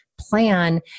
plan